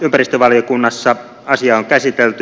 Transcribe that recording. ympäristövaliokunnassa on käsitelty asiaa